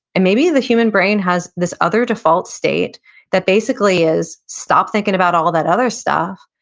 and maybe the human brain has this other default state that basically is, stop thinking about all that other stuff,